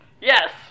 Yes